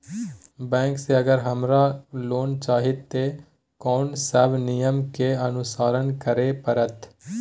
Bank से अगर हमरा लोन चाही ते कोन सब नियम के अनुसरण करे परतै?